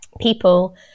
people